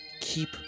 keep